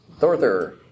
Thorther